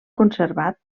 conservat